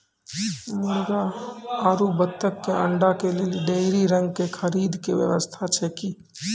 मुर्गी आरु बत्तक के अंडा के लेली डेयरी रंग के खरीद के व्यवस्था छै कि?